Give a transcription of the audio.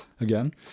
again